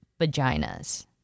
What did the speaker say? vaginas